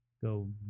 go